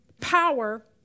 power